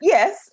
Yes